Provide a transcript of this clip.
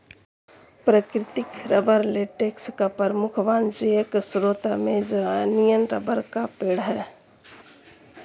प्राकृतिक rubber latex का प्रमुख वाणिज्यिक स्रोत अमेज़ॅनियन रबर का पेड़ है